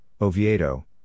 Oviedo